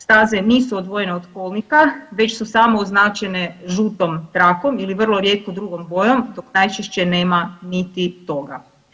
Staze nisu odvojene od kolnika, već su samo označene žutom trakom ili vrlo rijetko drugom bojom, dok najčešće nema niti toga.